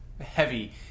heavy